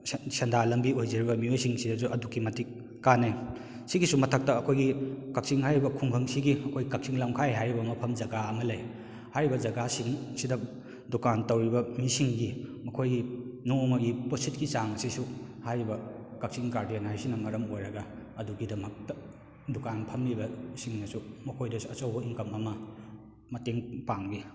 ꯁꯦꯟꯗꯥꯟ ꯂꯝꯕꯤ ꯑꯣꯏꯖꯔꯤꯕ ꯃꯤꯑꯣꯏꯁꯤꯡꯁꯤꯗꯁꯨ ꯑꯗꯨꯛꯀꯤ ꯃꯇꯤꯛ ꯀꯥꯟꯅꯩ ꯑꯁꯤꯒꯤꯁꯨ ꯃꯊꯛꯇ ꯑꯩꯈꯣꯏꯒꯤ ꯀꯛꯆꯤꯡ ꯍꯥꯏꯔꯤꯕ ꯈꯨꯡꯒꯪꯁꯤꯒꯤ ꯑꯩꯈꯣꯏ ꯀꯛꯆꯤꯡ ꯂꯝꯈꯥꯏ ꯍꯥꯏꯔꯤꯕ ꯃꯐꯝ ꯖꯒꯥ ꯑꯃ ꯂꯩ ꯍꯥꯏꯔꯤꯕ ꯖꯒꯥ ꯑꯁꯤꯁꯤꯗ ꯗꯨꯀꯥꯟ ꯇꯧꯔꯤꯕ ꯃꯤꯁꯤꯡꯒꯤ ꯃꯈꯣꯏꯒꯤ ꯅꯣꯡꯃꯒꯤ ꯄꯣꯠꯁꯤꯠꯀꯤ ꯆꯥꯡꯑꯁꯤꯁꯨ ꯍꯥꯏꯔꯤꯕ ꯀꯛꯆꯤꯡ ꯒꯥꯔꯗꯦꯟ ꯍꯥꯏꯁꯤꯅ ꯃꯔꯝ ꯑꯣꯏꯔꯒ ꯑꯗꯨꯒꯤꯗꯃꯛꯇ ꯗꯨꯀꯥꯟ ꯐꯝꯃꯤꯕꯁꯤꯡꯅꯁꯨ ꯃꯈꯣꯏꯗꯁꯨ ꯑꯆꯧꯕ ꯏꯟꯀꯝ ꯑꯃ ꯃꯇꯦꯡ ꯄꯥꯡꯏ